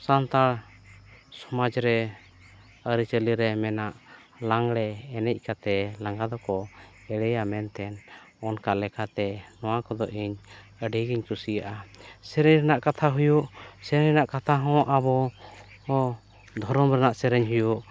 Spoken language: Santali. ᱥᱟᱱᱛᱟᱲ ᱥᱚᱢᱟᱡᱽ ᱨᱮ ᱟᱹᱨᱤ ᱪᱟᱹᱞᱤ ᱨᱮ ᱢᱮᱱᱟᱜ ᱞᱟᱜᱽᱲᱮ ᱮᱱᱮᱡ ᱠᱟᱛᱮᱫ ᱞᱟᱜᱟ ᱫᱚᱠᱚ ᱮᱲᱮᱭᱟ ᱢᱮᱱᱛᱮᱱ ᱚᱱᱠᱟ ᱞᱮᱠᱟᱛᱮ ᱱᱚᱣᱟ ᱠᱚᱫᱚ ᱤᱧ ᱟᱹᱰᱤ ᱜᱮᱧ ᱠᱩᱥᱤᱭᱟᱜᱼᱟ ᱥᱮᱨᱮᱧ ᱨᱮᱱᱟᱜ ᱠᱟᱛᱷᱟ ᱦᱩᱭᱩᱜ ᱥᱮᱨᱮᱧ ᱨᱮᱱᱟᱜ ᱠᱟᱛᱷᱟ ᱦᱚᱸ ᱟᱵᱚ ᱦᱚᱸ ᱫᱷᱚᱨᱚᱢ ᱨᱮᱱᱟᱜ ᱥᱮᱨᱮᱧ ᱦᱩᱭᱩᱜ